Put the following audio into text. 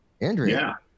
Andrea